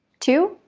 two?